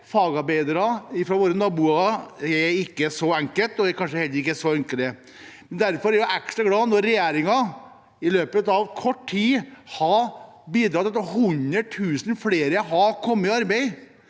fagarbeidere fra våre naboer er ikke så enkelt og kanskje heller ikke så ønskelig. Derfor er jeg ekstra glad for at regjeringen i løpet av kort tid har bidratt til at 100 000 flere har kommet i arbeid